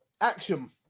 action